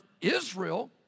Israel